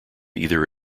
either